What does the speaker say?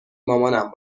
مامانم